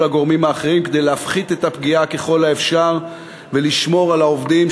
הגורמים האחרים כדי להפחית את הפגיעה ככל האפשר ולשמור על העובדים,